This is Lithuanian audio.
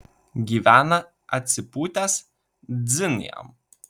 gyvena atsipūtęs dzin jam